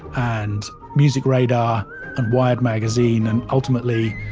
and music radar and wired magazine and, ultimately,